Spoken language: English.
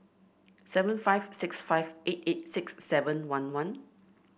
seven five six five eight eight six seven one one